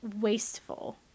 wasteful